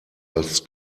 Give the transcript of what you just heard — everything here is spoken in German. als